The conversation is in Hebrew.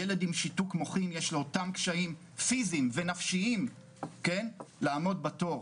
לילד עם שיתוק מוחין יש אותם קשיים פיזיים ונפשיים לעמוד בתור.